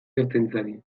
ertzaintzari